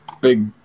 big